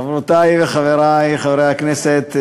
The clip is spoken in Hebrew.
חברותי וחברי חברי הכנסת,